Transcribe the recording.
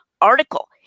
article